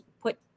put